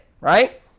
right